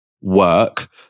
work